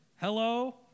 hello